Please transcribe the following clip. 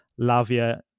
Lavia